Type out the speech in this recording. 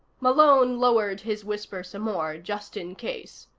malone lowered his whisper some more, just in case.